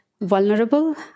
vulnerable